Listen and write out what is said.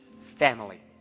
family